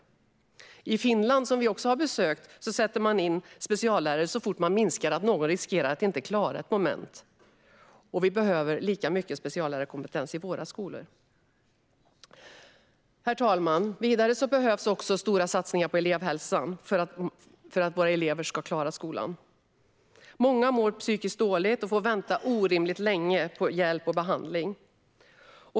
I Finland, som vi också har besökt, sätter man in en speciallärare så fort man misstänker att någon riskerar att inte klara ett moment. Vi behöver lika mycket speciallärarkompetens i våra skolor. Herr talman! Vidare behövs stora satsningar på elevhälsan för att våra elever ska klara skolan. Många mår psykiskt dåligt och får vänta orimligt länge på hjälp och behandling.